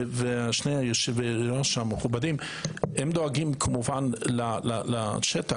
ושני יושבי-הראש המכובדים דואגים כמובן לשטח